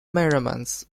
measurements